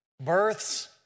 births